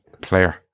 player